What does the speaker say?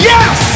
Yes